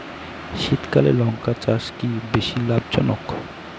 শীতকালে লঙ্কা চাষ কি বেশী লাভজনক?